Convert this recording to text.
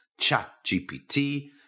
ChatGPT